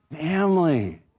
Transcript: family